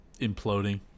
imploding